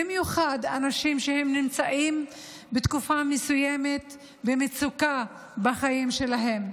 במיוחד אנשים שנמצאים בתקופה מסוימת במצוקה בחיים שלהם.